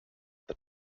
that